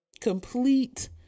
complete